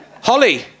Holly